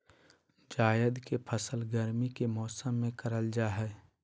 जायद के फसल गर्मी के मौसम में करल जा हइ